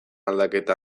aldaketa